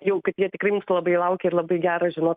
jau kad jie tikrai mūsų labai laukia ir labai gerai žinot